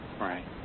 Right